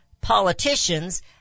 politicians